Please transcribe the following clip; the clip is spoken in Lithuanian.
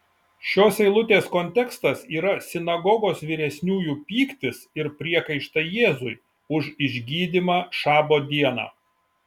šios eilutės kontekstas yra sinagogos vyresniųjų pyktis ir priekaištai jėzui už išgydymą šabo dieną